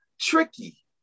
tricky